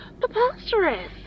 Preposterous